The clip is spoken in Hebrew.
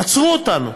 עצרו אותנו.